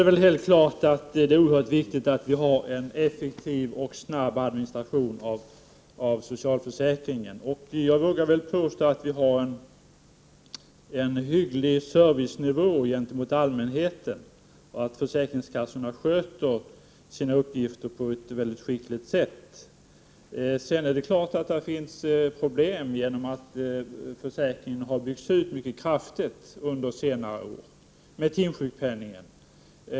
Det är vidare självfallet oerhört viktigt att vi har en effektiv och snabb administration av socialförsäkringen. Jag vågar påstå att vi har en hygglig nivå på servicen till allmänheten och att försäkringskassorna sköter sina uppgifter på ett mycket skickligt sätt. Visst finns det problem på grund av att försäkringen har byggts ut mycket kraftigt under senare år genom timsjukpenningen.